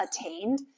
attained